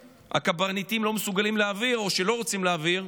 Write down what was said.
שהקברניטים לא מסוגלים להעביר או לא רוצים להעביר.